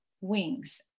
wings